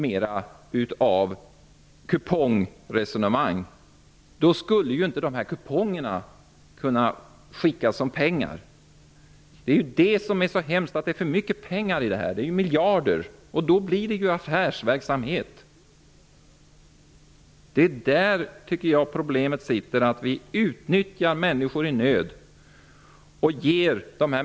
Dessa kuponger skulle inte kunna skickas som pengar. Det hemska är att det finns för mycket pengar i denna verksamhet. Det handlar om miljarder. Då blir det affärsverksamhet. Det är det som är problemet. Vi utnyttjar människor i nöd.